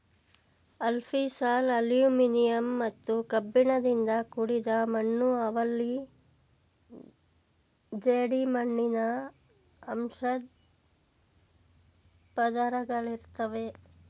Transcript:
alfisol aluminium ಮತ್ತು ಕಬ್ಬಿಣದಿಂದ ಕೂಡಿದ ಮಣ್ಣು ಅವಲ್ಲಿ ಜೇಡಿಮಣ್ಣಿನ ಅಂಶದ್ ಪದರುಗಳಿರುತ್ವೆ